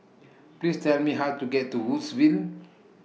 Please Tell Me How to get to Woodsville